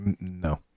no